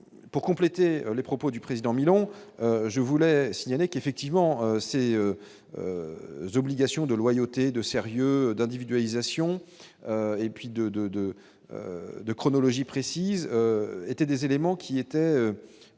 pour compléter les propos du président Milan je voulais signaler qu'effectivement ces obligation de loyauté de sérieux d'individualisation et puis de, de, de, de chronologie précise étaient des éléments qui était